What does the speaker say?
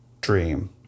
dream